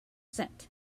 sent